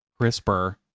CRISPR